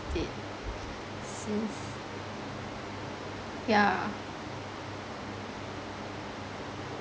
it since yeah